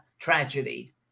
tragedy